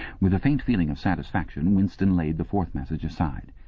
with a faint feeling of satisfaction winston laid the fourth message aside.